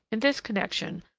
in this connection,